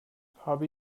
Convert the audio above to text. habe